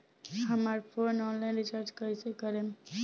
हमार phone online recharge कईसे करेम?